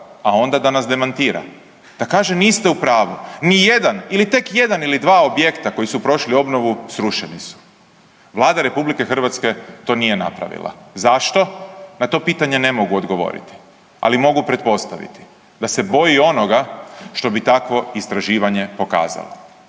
a onda da nas demantira, da kaže niste u pravu. Nijedan ili tek jedan ili dva objekta koji su prošli obnovu srušeni su. Vlada RH to nije napravila. Zašto? Na to pitanje ne mogu odgovoriti, ali mogu pretpostaviti da se boji onoga što bi takvo istraživanje pokazalo.